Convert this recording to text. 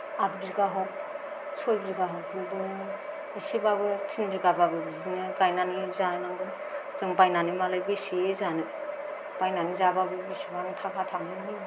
आठ बिगा हक सय बिगा हक बेबो एसेब्लाबो तिन बिगाब्लाबो बिदिनो गायनानै जानांगौ जों बायनानै मालाय बेसे जानो बायनानै जाब्लाबो बेसेबां थाखा थाङो